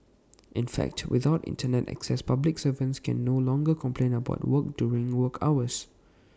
in fact without Internet access public servants can no longer complain about work during work hours